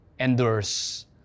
endures